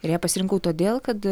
ir ją pasirinkau todėl kad